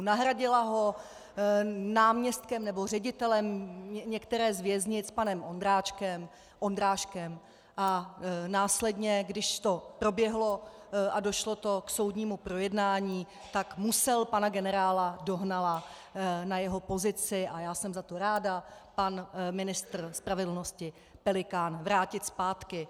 Nahradila ho náměstkem nebo ředitelem některé z věznic panem Ondráškem a následně, když to proběhlo a došlo to k soudnímu projednání, tak musel pana generála Dohnala na jeho pozici, a já jsem za to ráda, pan ministr spravedlnosti Pelikán vrátit zpátky.